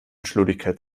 schludrigkeit